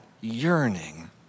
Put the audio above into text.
yearning